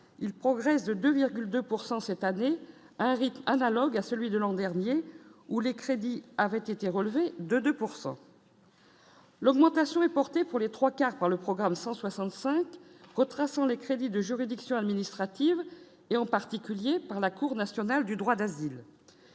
il progresse de 2,2 pourcent cette année un rythme analogue à celui de l'an dernier où les crédits avaient été relevés de 2 pourcent. L'augmentation est porté pour les 3 quarts par le programme 165 retraçant les crédits de juridiction administrative et en particulier par la Cour nationale du droit d'asile